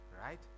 right